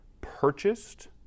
purchased